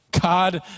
God